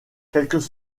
quelques